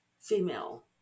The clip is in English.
female